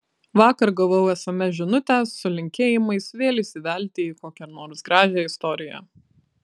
vakar gavau sms žinutę su linkėjimais vėl įsivelti į kokią nors gražią istoriją